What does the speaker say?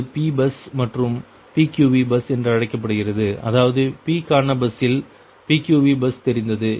அது P bus மற்றும் PQV bus என்று அழைக்கப்படுகிறது அதாவது P கான பஸ்ஸில் PQV பஸ் தெரிந்தது